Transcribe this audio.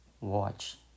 Watch